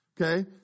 Okay